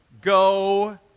go